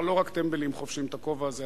אבל לא רק טמבלים חובשים את הכובע הזה,